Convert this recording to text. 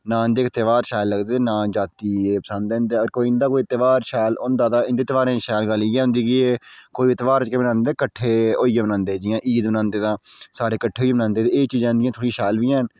ना इंदें तयौहार शैल लगदे ना जातीं पसंद न ते इंदा कोई तयौहार शैल होंदा ते इंदे तयौहारें शैल गल्ल इयै होंदी कि एह् कोई तयौहार जेह्का बनांदे कट्ठे होईयै बनांदे जियां ईद बनांदे तां सारे कट्ठे होईयै बनांदे ते एह् चीजां इंदियां थोह्ड़ियां शैल बी हैन